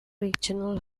regional